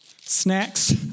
snacks